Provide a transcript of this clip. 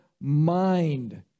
mind